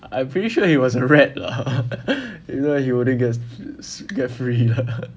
I pretty sure he was a rat lah if not he wouldn't get get free